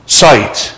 sight